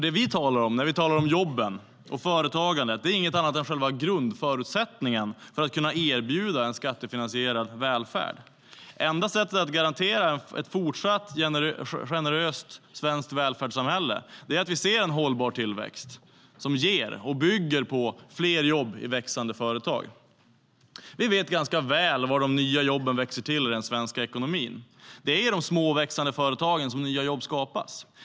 Det vi talar om när vi talar om jobben och företagandet är inget annat än själva grundförutsättningen för att kunna erbjuda skattefinansierad välfärd. Enda sättet att garantera ett generöst svenskt välfärdssamhälle även i fortsättningen är att vi ser en hållbar tillväxt som ger och bygger på fler jobb i växande företag. Vi vet väl var de nya jobben växer till i den svenska ekonomin. Det är i de små och växande företagen som nya jobb skapas.